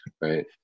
right